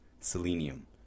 selenium